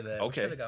Okay